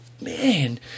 man